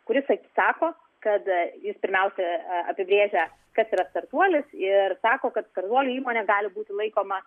kuris sako kad jis pirmiausia apibrėžia kas yra startuolis ir sako kad startuoliu įmonė gali būti laikoma